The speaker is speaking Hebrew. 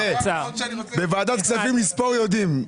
בוועדת כספים לספור יודעים.